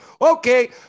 Okay